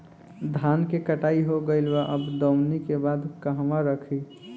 धान के कटाई हो गइल बा अब दवनि के बाद कहवा रखी?